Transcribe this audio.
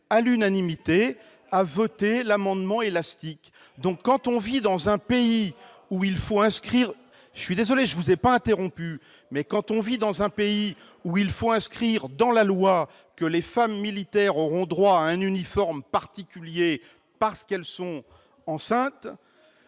paritaire a voté cet amendement « élastique » à l'unanimité. Quand on vit dans un pays où il faut inscrire dans la loi que les femmes militaires auront droit à un uniforme particulier, parce qu'elles sont enceintes,